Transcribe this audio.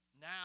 Now